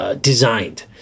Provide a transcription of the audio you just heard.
Designed